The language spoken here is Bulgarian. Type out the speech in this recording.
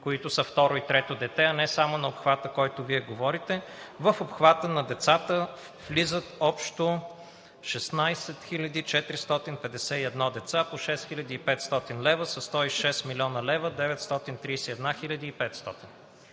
които са второ и трето дете, а не само на обхвата, за който Вие говорите, в обхвата на децата влизат общо 16 451 деца по 6500 лв. са 106 млн. 931хил.